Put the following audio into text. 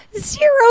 zero